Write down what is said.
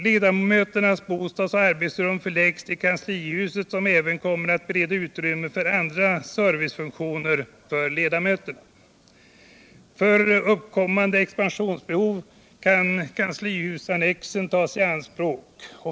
Ledamöternas bostads och arbetsrum förläggs till kanslihuset, som även kommer att bereda utrymme för andra servicefunktioner för ledamöterna. För uppkommande expansionsbehov kan kanslihusannexen tas i anspråk.